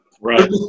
right